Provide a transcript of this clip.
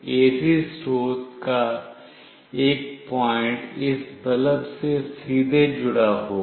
AC स्रोत का एक पॉइंट इस बल्ब से सीधे जुड़ा होगा